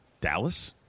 Dallas